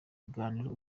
biganiro